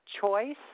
Choice